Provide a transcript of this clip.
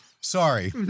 Sorry